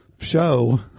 show